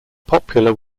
popular